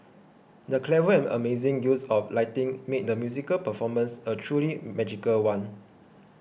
the clever and amazing use of lighting made the musical performance a truly magical one